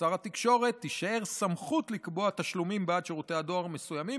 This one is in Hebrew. לשר התקשורת תישאר סמכות לקבוע תשלומים בעד שירותי דואר מסוימים,